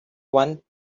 want